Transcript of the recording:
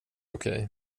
okej